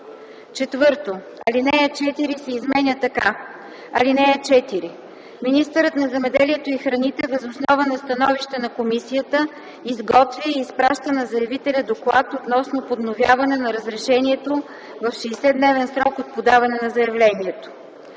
4. Алинея 4 се изменя така: „(4) Министърът на земеделието и храните въз основа на становище на комисията изготвя и изпраща на заявителя доклад относно подновяване на разрешението в 60-дневен срок от подаване на заявлението”.